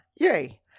Yay